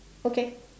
okay